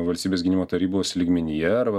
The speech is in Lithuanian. valstybės gynimo tarybos lygmenyje arba